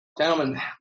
Gentlemen